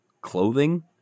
clothing